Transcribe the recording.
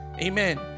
Amen